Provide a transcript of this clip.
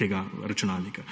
tega računalnika.